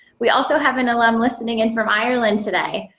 we also have an alum listening in from ireland today.